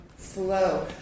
slow